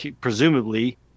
presumably